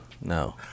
no